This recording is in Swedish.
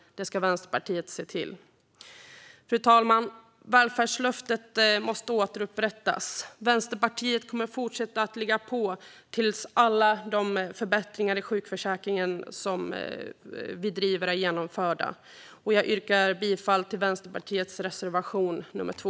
Det ska Vänsterpartiet se till. Fru talman! Välfärdslöftet måste återupprättas. Vänsterpartiet kommer att fortsätta att ligga på till dess att alla de förbättringar i sjukförsäkringen som vi driver är genomförda. Jag yrkar bifall till Vänsterpartiets reservation 2.